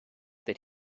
that